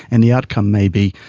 and the outcome may be